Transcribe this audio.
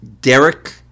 Derek